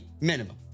minimum